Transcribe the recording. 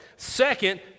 Second